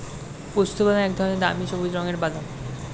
পেস্তাবাদাম এক ধরনের দামি সবুজ রঙের বাদাম